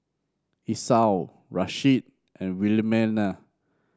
Esau Rasheed and Wilhelmina